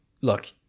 look